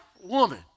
woman